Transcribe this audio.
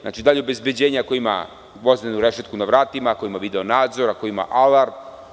Znači, da li je obezbeđenje ako ima gvozdenu rešetku na vratima, ako ima video nadzor, ako ima alarm?